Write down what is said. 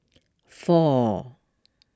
four